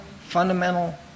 fundamental